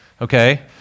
Okay